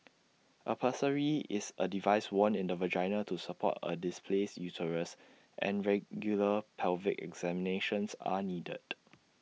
A pessary is A device worn in the vagina to support A displaced uterus and regular pelvic examinations are needed